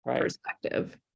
perspective